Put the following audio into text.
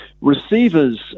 receivers